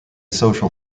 social